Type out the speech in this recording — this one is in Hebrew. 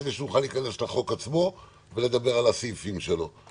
כדי שנוכל להיכנס לחוק עצמו ולדבר על הסעיפים שלו.